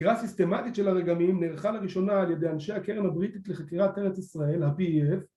חקירה סיסטמטית של הרגמים נערכה לראשונה ‫על ידי אנשי הקרן הבריטית ‫לחקירת ארץ ישראל, ה-PEF.